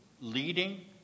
leading